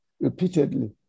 repeatedly